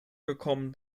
gekommen